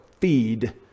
feed